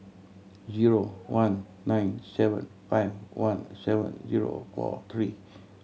zero one nine seven five one seven zero four three